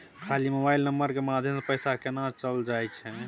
खाली mobile number के माध्यम से पैसा केना चल जायछै?